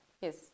Yes